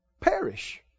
Perish